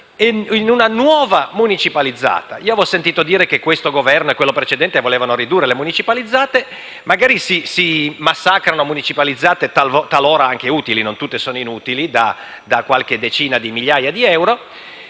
in una nuova municipalizzata. Io avevo sentito dire che questo Governo e quello precedente volevano ridurre le municipalizzate. Magari, invece, si massacrano municipalizzate, talora anche utili (non tutte sono inutili, infatti), da qualche decina di migliaia di euro,